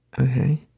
Okay